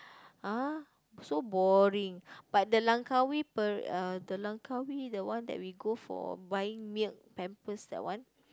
uh so boring but the Langkawi per~ uh the Langkawi the one we go for buying milk pampers that one